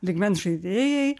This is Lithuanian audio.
lygmens žaidėjai